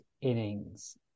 innings